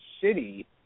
city